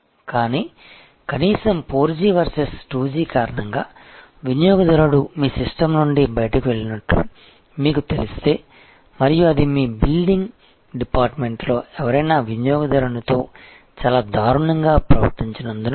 కానీ కనీసం 4G versus 2G కారణంగా వినియోగదారుడు మీ సిస్టమ్ నుండి బయటకు వెళ్లినట్లు మీకు తెలిస్తే మరియు అది మీ బిల్లింగ్ డిపార్ట్మెంట్లో ఎవరైనా వినియోగదారునితో చాలా దారుణంగా ప్రవర్తించినందున కాదు